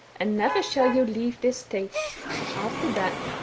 and never shall you leave this state after that,